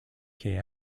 kay